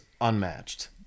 unmatched